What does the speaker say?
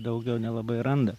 daugiau nelabai randa